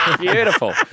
Beautiful